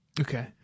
Okay